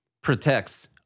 protects